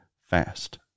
fast